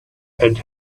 and